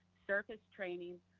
circus training,